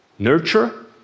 Nurture